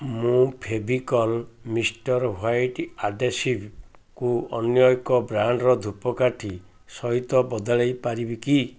ମୁଁ Fevicol Mister White ଆଢ଼େସିଭ୍କୁ ଅନ୍ୟ ଏକ ବ୍ରାଣ୍ଡ୍ର ଧୂପକାଠି ସହିତ ବଦଳାଇ ପାରିବି କି